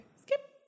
Skip